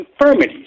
infirmities